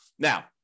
Now